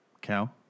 Cow